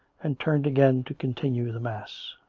and turned again to continue the mass.